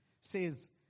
says